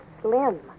slim